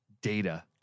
data